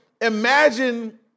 imagine